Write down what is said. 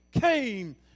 came